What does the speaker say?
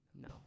No